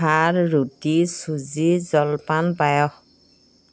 ভাত ৰুটি চুজি জলপান পায়স